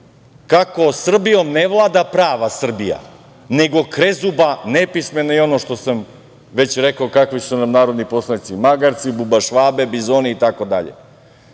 kako Srbijom ne vlada prava Srbija, nego krezuba, nepismena i ono što sam već rekao kakvi su nam narodni poslanici - magarci, bubašvabe, bizoni,